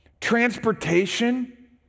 Transportation